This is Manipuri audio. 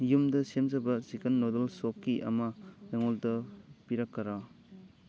ꯌꯨꯝꯗ ꯁꯦꯝꯖꯕ ꯆꯤꯀꯟ ꯅꯨꯗꯜꯁ ꯁꯨꯞꯀꯤ ꯑꯃ ꯑꯩꯉꯣꯟꯗ ꯄꯤꯔꯛꯀꯔꯥ